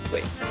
Wait